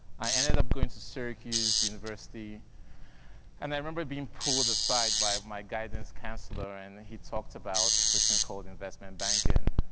i ended up going to syracuse university and i remember being pulled aside by my guidance counselor and he talked about this thing and called investment banking.